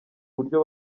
buryo